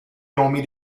nomi